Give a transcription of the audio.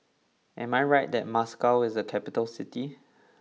am I right that Moscow is a capital city